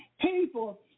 people